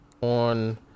on